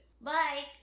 Bye